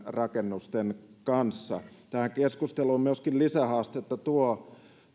rakennusten kanssa tähän keskusteluun myöskin lisähaastetta tuo